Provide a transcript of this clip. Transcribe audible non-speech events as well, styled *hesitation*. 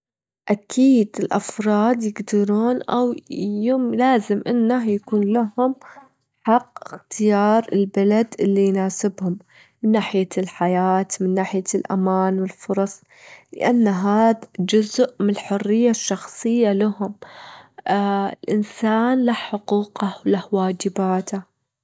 أكيد الأفراد يجدرون أو *hesitation* لازم أنه يكون لهم حق اختيار البلد اللي يناسبهم، من ناحية الحياة، من ناحية الأمان والفرص، لأن هاد جزء من الحرية الشخصية لهم، *hesitation* الإنسان له حقوقه له واجباته.